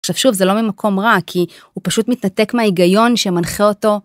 עכשיו שוב זה לא ממקום רע כי הוא פשוט מתנתק מההיגיון שמנחה אותו.